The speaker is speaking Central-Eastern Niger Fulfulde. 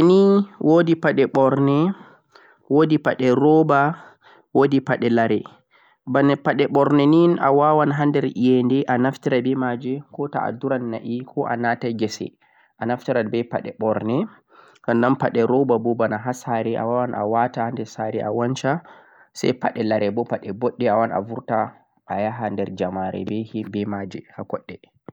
pade nei. woodi padei bornei woodi padei roba woodi padei lare baane padei bornoo nei a waawan hander eyendei a naftura be majee koh taa anduran na'e koh a naatei kyesei a nafturan be pedei bornei sanan pedei roba boona haa sarei awaawan a naata de saare a wancaa sai pedei lare moo pedei boddhum a waawan a burtaa a yaahan der jaamarei be yimbe ma jee e gwaddo ma.